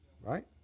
right